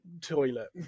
toilet